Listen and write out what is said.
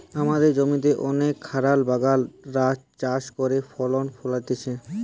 আমদের জমিতে অনেক রাখাল বাগাল রা চাষ করে ফসল ফোলাইতেছে